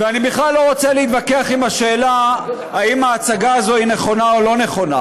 ואני בכלל לא רוצה להתווכח על השאלה אם ההצגה הזאת נכונה או לא נכונה.